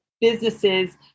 businesses